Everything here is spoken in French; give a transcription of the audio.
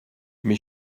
mes